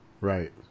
Right